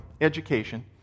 education